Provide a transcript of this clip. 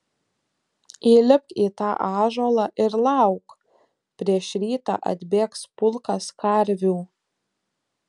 įlipk į tą ąžuolą ir lauk prieš rytą atbėgs pulkas karvių